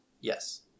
Yes